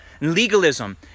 legalism